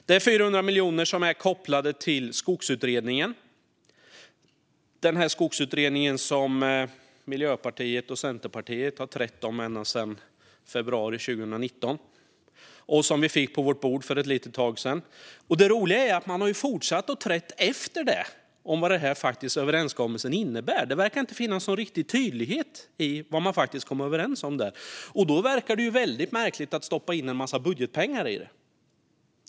Det är 400 miljoner som är kopplade till den skogsutredning som Miljöpartiet och Centerpartiet har trätt om ända sedan februari 2019 och som vi fick på vårt bord för ett litet tag sedan. Det roliga är att man efter det har fortsatt att träta om vad överenskommelsen faktiskt innebär. Det verkar inte finnas någon riktig tydlighet i vad man kom överens om. Då verkar det väldigt märkligt att stoppa in en massa budgetpengar för detta.